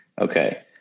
Okay